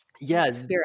Yes